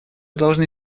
должны